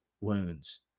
wounds